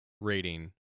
rating